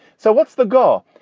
so what's the goal?